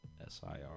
S-I-R